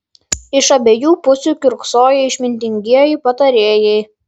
iš abiejų pusių kiurksojo išmintingieji patarėjai